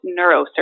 neurosurgeon